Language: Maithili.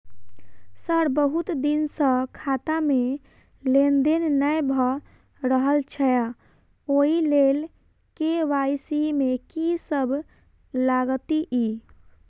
सर बहुत दिन सऽ खाता मे लेनदेन नै भऽ रहल छैय ओई लेल के.वाई.सी मे की सब लागति ई?